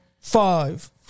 Five